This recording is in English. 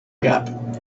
gap